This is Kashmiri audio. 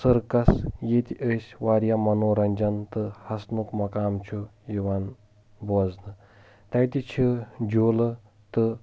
سٔرکس ییٚتہِ أسۍ واریاہ منورنجن تہٕ اسنُک مقام چھُ یِوان بوزنہٕ تتہِ چھِ جوٗلہٕ تہٕ